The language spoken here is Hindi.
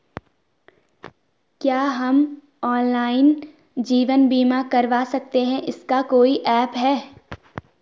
क्या हम ऑनलाइन जीवन बीमा करवा सकते हैं इसका कोई ऐप है?